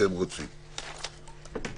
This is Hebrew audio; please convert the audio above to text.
כשהם רוצים.